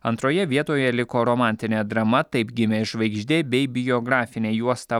antroje vietoje liko romantinė drama taip gimė žvaigždė bei biografinė juosta